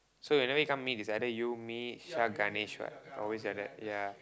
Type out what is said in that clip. so whenever we come meet is either you me Shak Ganesh what always like that ya